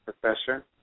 Professor